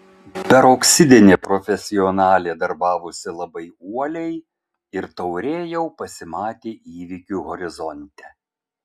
peroksidinė profesionalė darbavosi labai uoliai ir taurė jau pasimatė įvykių horizonte